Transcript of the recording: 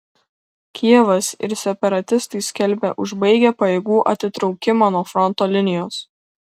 kijevas ir separatistai skelbia užbaigę pajėgų atitraukimą nuo fronto linijos